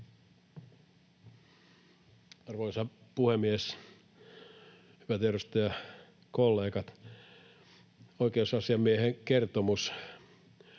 Arvoisa puhemies, hyvät edustajakollegat! Oikeusasiamiehen kertomus